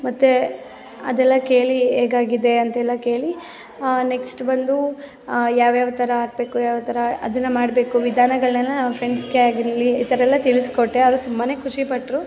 ಮತ್ತೆ ಅದೆಲ್ಲ ಕೇಳಿ ಹೇಗಾಗಿದೆ ಅಂತೆಲ್ಲ ಕೇಳಿ ನೆಕ್ಸ್ಟ್ ಬಂದು ಯಾವ್ಯಾವ ಥರ ಹಾಕ್ಬೇಕು ಯಾವ್ಯಾವ ಥರ ಅದನ್ನು ಮಾಡಬೇಕು ವಿಧಾನಗಳ್ನೆಲ್ಲ ನಾವು ಫ್ರೆಂಡ್ಸಿಗೆ ಆಗಿರಲಿ ಈ ಥರ ಎಲ್ಲ ತಿಳಿಸ್ಕೊಟ್ಟೆ ಅವರು ತುಂಬಾ ಖುಷಿಪಟ್ಟರು